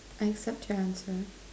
I accept your answer